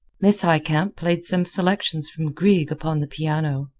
miss highcamp played some selections from grieg upon the piano.